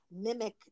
mimic